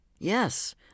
Yes